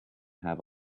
have